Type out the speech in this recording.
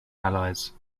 allies